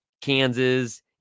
Kansas